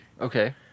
Okay